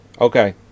Okay